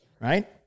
right